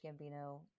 Gambino